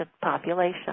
population